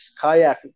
kayak